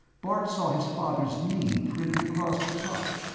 bart saw his father's name printed across the top.